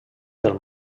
del